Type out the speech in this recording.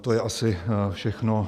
To je asi všechno.